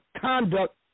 conduct